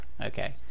okay